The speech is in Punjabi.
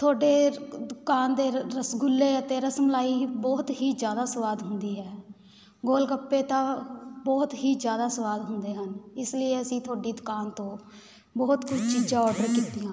ਤੁਹਾਡੇ ਦੁਕਾਨ ਦੇ ਰ ਰਸਗੁੱਲੇ ਅਤੇ ਰਸਮਲਾਈ ਬਹੁਤ ਹੀ ਜ਼ਿਆਦਾ ਸਵਾਦ ਹੁੰਦੀ ਹੈ ਗੋਲਗੱਪੇ ਤਾਂ ਬਹੁਤ ਹੀ ਜ਼ਿਆਦਾ ਸਵਾਦ ਹੁੰਦੇ ਹਨ ਇਸ ਲਈ ਅਸੀਂ ਤੁਹਾਡੀ ਦੁਕਾਨ ਤੋਂ ਬਹੁਤ ਕੁਝ ਚੀਜ਼ਾਂ ਓਰਡਰ ਕੀਤੀਆਂ